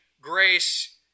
grace